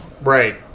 right